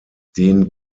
den